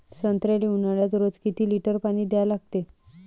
संत्र्याले ऊन्हाळ्यात रोज किती लीटर पानी द्या लागते?